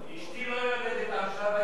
אשתי לא יולדת עכשיו,